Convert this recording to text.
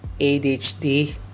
ADHD